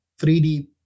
3D